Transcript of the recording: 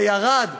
וזה ירד,